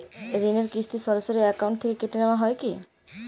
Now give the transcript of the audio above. ঋণের কিস্তি সরাসরি অ্যাকাউন্ট থেকে কেটে নেওয়া হয় কি?